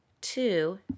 two